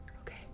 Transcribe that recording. Okay